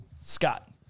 Scott